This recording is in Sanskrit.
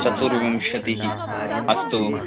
चतुर्विंशतिः अस्तु